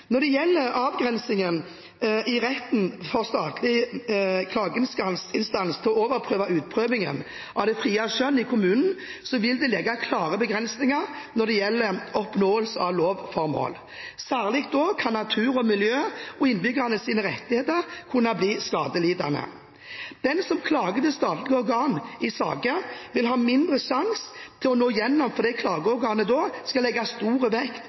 Når det gjelder avgrensningen i retten for statlig klageinstans til å overprøve utprøvingen av det frie skjønn i kommunene, vil det legge klare begrensninger når det gjelder oppnåelse av lovformål. Særlig vil natur og miljø og innbyggernes rettigheter kunne bli skadelidende. Den som klager til statlige organ i saker, vil ha mindre sjanse til å nå igjennom fordi klageorganet da skal legge stor vekt